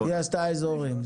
היא עשתה את האזורים,